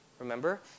Remember